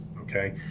Okay